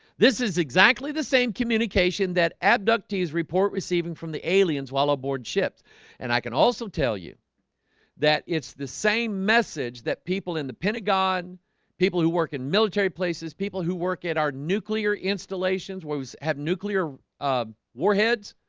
this is exactly the same communication that abductees report receiving from the aliens while aboard ships and i can also tell you that it's the same message that pia people in the pentagon people who work in military places people who work at our nuclear installations where we have nuclear ah warheads,